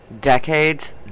Decades